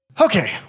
Okay